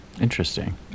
interesting